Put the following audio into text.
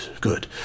Good